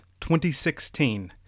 2016